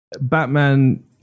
batman